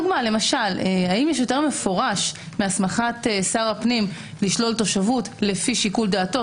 האם יש יותר מפורש מהסמכת שר הפנים לשלול תושבות לפי שיקול דעתו?